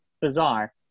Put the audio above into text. bizarre